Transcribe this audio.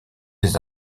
des